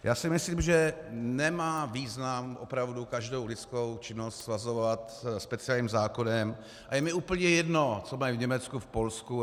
Já si myslím, že nemá význam opravdu každou lidskou činnost svazovat speciálním zákonem, a je mi úplně jedno, co mají v Německu nebo v Polsku.